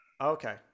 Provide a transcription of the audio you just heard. okay